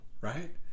right